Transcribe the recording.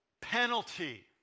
penalty